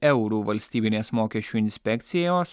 eurų valstybinės mokesčių inspekcijos